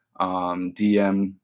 DM